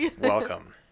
Welcome